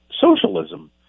socialism